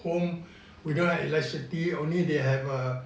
we don't have electricity